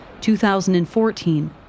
2014